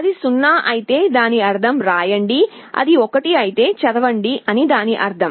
అది 0 అయితే దాని అర్థం రాయండి అది 1 అయితే చదవడం అని అర్థం